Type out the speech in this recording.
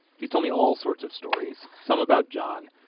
he's told me all sorts of stories, some about john,